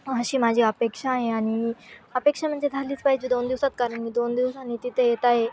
अशी माझी अपेक्षा आहे आणि अपेक्षा म्हणजे झालीच पाहिजे दोन दिवसात कारण मी दोन दिवसांनी तिथे येत आहे